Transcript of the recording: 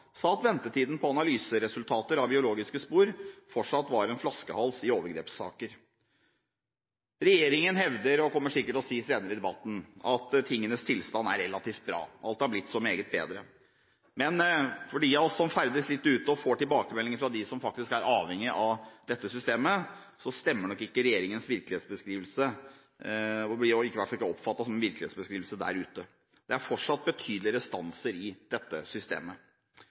sa at ventetiden på analyseresultater av biologiske spor fortsatt var en flaskehals i overgrepssaker. Regjeringen hevder – og kommer sikkert til å si senere i debatten – at tingenes tilstand er relativt bra, alt har blitt så meget bedre. Men de av oss som ferdes litt ute og får tilbakemeldinger fra dem som faktisk er avhengig av dette systemet, oppfatter nok ikke at regjeringens virkelighetsbeskrivelse stemmer. Det blir i hvert fall ikke oppfattet som en virkelighetsbeskrivelse der ute. Det er fortsatt betydelige restanser i dette systemet.